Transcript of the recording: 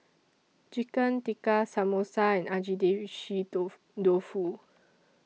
Chicken Tikka Samosa and Agedashi Dofu